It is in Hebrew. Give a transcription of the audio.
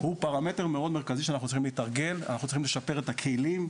הוא פרמטר מאוד מרכזי שאנחנו צריכים להתארגן ולשפר את הכלים.